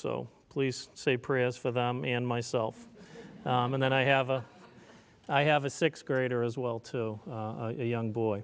so please say prayers for them and myself and then i have a i have a sixth grader as well to young boy